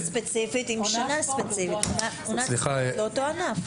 עונת ספורט לאותו ענף.